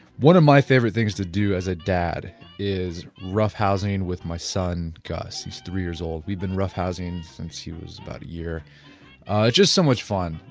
one of my favorite things to do as a dad is roughhousing with my son, gus, he is three years old. we've been roughhousing since he was about a year. it's ah just so much fun,